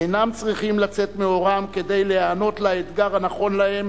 אינם צריכים לצאת מעורם כדי להיענות לאתגר הנכון להם,